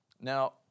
Now